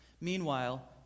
Meanwhile